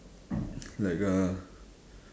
like uh